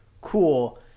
cool